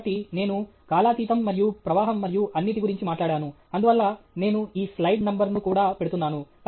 కాబట్టి నేను కాలాతీతం మరియు ప్రవాహం మరియు అన్నిటి గురించి మాట్లాడాను అందువల్ల నేను ఈ స్లయిడ్ నంబర్ను కూడా పెడుతున్నాను